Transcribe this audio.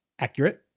accurate